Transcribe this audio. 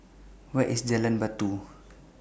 Where IS Jalan Batu